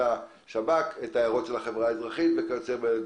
השב"כ ואת ההערות של החברה האזרחית וכיו"ב.